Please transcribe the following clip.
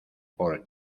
por